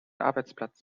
arbeitsplatz